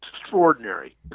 extraordinary